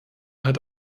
hat